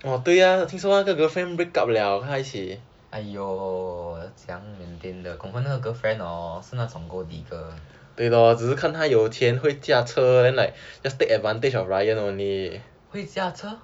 !aiyo! 要怎样 maintain 的 confirm 那个 girlfriend 是那种 gold digger 会驾车